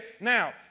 now